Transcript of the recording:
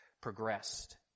progressed